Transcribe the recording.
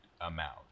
amount